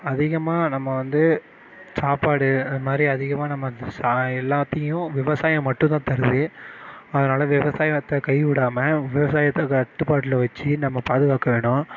அதிகமாக நம்ம வந்து சாப்பாடு அது மாதிரி அதிகமாக நம்ம அந்த சா எல்லாத்தையும் விவசாயம் மட்டும் தான் தருது அதனால விவசாயத்தை கைவிடாமல் விவசாயத்தை கட்டுப்பாட்டில் வச்சு நம்ம பாதுகாக்க வேணும்